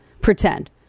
pretend